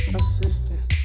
assistant